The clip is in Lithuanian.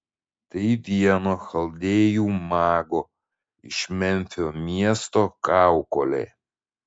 tai vieno chaldėjų mago iš memfio miesto kaukolė